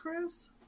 Chris